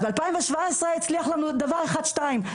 אז ב-2017 הצליח לנו דבר אחד או שניים,